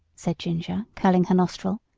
said ginger, curling her nostril,